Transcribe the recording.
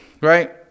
right